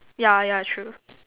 yeah yeah true